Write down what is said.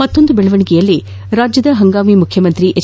ಮತ್ತೊಂದು ಬೆಳವಣಿಗೆಯಲ್ಲಿ ರಾಜ್ಯದ ಹಂಗಾಮಿ ಮುಖ್ಯಮಂತ್ರಿ ಎಚ್